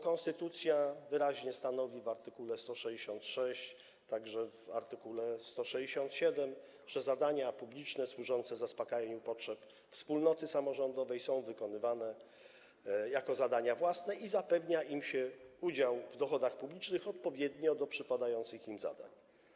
Konstytucja wyraźnie stanowi w art. 166, także w art. 167, że zadania publiczne służące zaspokajaniu potrzeb wspólnoty samorządowej są wykonywane przez JST jako zadania własne i zapewnia im się udział w dochodach publicznych odpowiednio do przypadających im zadań.